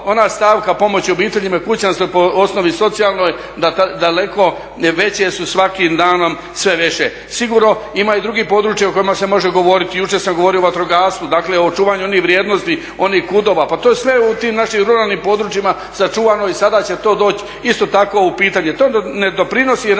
stavka pomoći obiteljima i kućanstvima po osnovi socijalnoj daleko veće su svakim danom sve više. Sigurno ima i drugih područja o kojima se može govoriti. Jučer sam govorio o vatrogastvu, dakle o očuvanju onih vrijednosti, onih kudova. Pa to je sve u tim našim ruralnim područjima sačuvano i sada će to doći isto tako u pitanje. To ne doprinosi